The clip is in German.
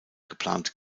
geplant